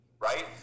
right